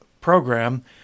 program